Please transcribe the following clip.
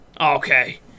Okay